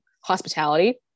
hospitality